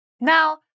Now